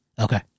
Okay